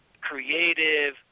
creative